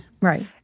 Right